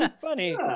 Funny